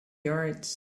yards